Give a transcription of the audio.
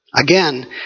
again